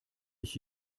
ich